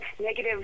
negative